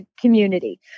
community